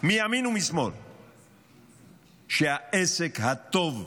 מימין ומשמאל שהעסק הטוב שנבנה,